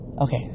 okay